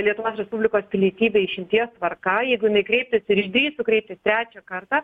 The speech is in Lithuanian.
lietuvos respublikos pilietybę išimties tvarka jeigu jinai kreiptųsi ir išdrįstų kreiptis trečią kartą